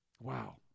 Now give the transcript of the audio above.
Wow